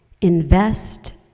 Invest